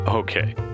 Okay